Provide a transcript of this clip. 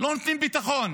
לא נותנים ביטחון.